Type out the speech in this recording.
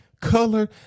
color